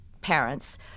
parents